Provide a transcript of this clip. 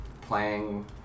playing